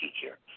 teacher